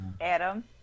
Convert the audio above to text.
Adam